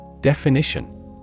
Definition